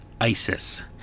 Isis